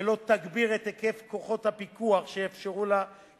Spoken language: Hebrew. ולא תגביר את היקף כוחות הפיקוח שיאפשרו לה לעשות